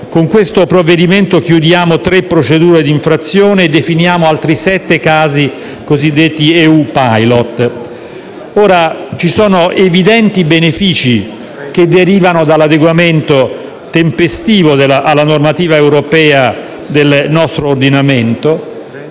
Con questo provvedimento chiudiamo tre procedure di infrazione e definiamo altri sette casi cosiddetti EU-Pilot. Ci sono evidenti benefici che derivano dall'adeguamento tempestivo alla normativa europea del nostro ordinamento;